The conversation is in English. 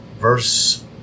verse